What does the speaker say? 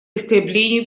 истреблению